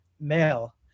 male